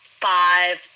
five